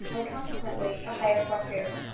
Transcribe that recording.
and consequently a higher coiffure.